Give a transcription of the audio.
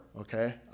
okay